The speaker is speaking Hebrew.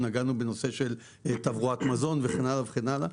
נגענו בנושא של תברואת מזון וכן הלאה וכן הלאה,